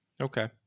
okay